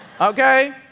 okay